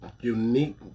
unique